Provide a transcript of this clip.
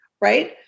Right